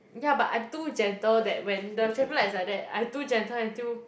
ya but I'm too gentle that when the traffic light is like that I too gentle until